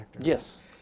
Yes